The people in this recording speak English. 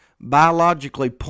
biologically